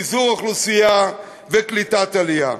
פיזור אוכלוסייה וקליטת עלייה.